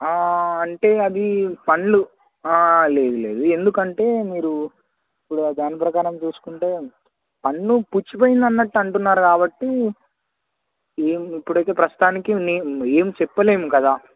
అంటే అది పళ్ళు లేదు లేదు ఎందుకంటే మీరు ఇప్పుడు దాని ప్రకారం చూసుకుంటే పన్ను పుచ్చిపోయిందిన్నట్టు అంటున్నారు కాబట్టి ఏం ఇప్పుడైతే ప్రస్తుతానికి ఏం చెప్పలేము కదా